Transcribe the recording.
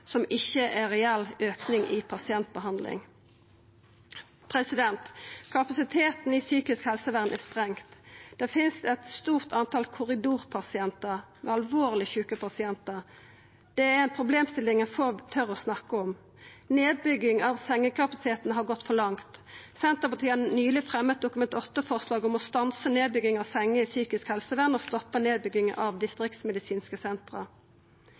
som ikkje er ei reell auking i pasientbehandling. Kapasiteten i psykisk helsevern er sprengd. Det er eit stort tal korridorpasientar, alvorleg sjuke pasientar. Det er ei problemstilling få tør å snakka om. Nedbygginga av sengekapasiteten har gått for langt. Senterpartiet har nyleg fremja eit Dokument 8-forslag om å stansa nedbygging av senger i psykisk helsevern og stoppa nedbygging av distriktsmedisinske